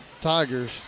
Tigers